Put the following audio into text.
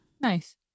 Nice